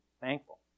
thankful